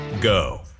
go